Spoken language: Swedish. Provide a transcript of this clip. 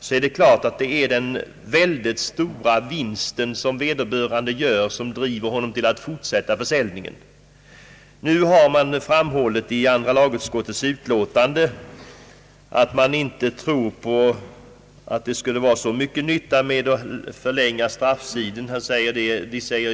Självfallet är det den mycket stora vinsten för vederbörande som driver honom till att fortsätta försäljningen. I andra lagutskottets utlåtande har framhållits att utskottet inte tror att det är så stor nytta med att förlänga strafftiden.